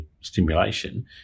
stimulation